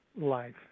life